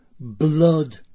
Blood